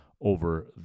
over